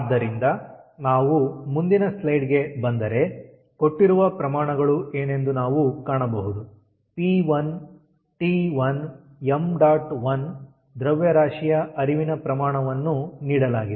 ಆದ್ದರಿಂದ ನಾವು ಮುಂದಿನ ಸ್ಲೈಡ್ ಗೆ ಬಂದರೆ ಕೊಟ್ಟಿರುವ ಪ್ರಮಾಣಗಳು ಏನೆಂದು ನಾವು ಕಾಣಬಹುದು ಪಿ1 ಟಿ1 ಮತ್ತು ಎಮ್1 𝑚̇1 ದ್ರವ್ಯರಾಶಿಯ ಹರಿವಿನ ಪ್ರಮಾಣವನ್ನು ನೀಡಲಾಗಿದೆ